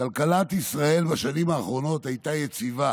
כלכלת ישראל בשנים האחרונות הייתה יציבה: